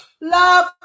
Love